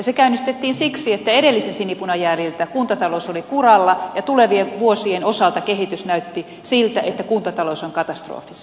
se käynnistettiin siksi että edellisen sinipunan jäljiltä kuntatalous oli kuralla ja tulevien vuosien osalta kehitys näytti siltä että kuntatalous on katastrofissa